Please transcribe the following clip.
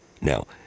Now